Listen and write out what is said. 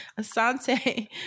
Asante